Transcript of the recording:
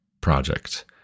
project